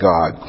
God